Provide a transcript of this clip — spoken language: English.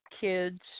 kids